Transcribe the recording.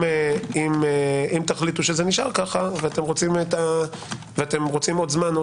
אם תחליטו שזה נשאר כך ואתם רוצים עוד זמן או